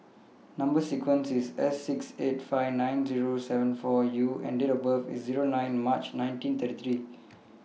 Number sequence IS S six eight five nine Zero seven four U and Date of birth IS nine March nineteen thirty three